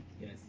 yes